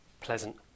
pleasant